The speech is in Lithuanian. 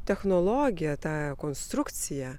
technologiją tą konstrukciją